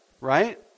right